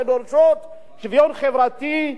שדורשות שוויון חברתי,